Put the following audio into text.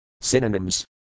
Synonyms